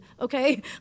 okay